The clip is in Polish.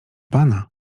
pana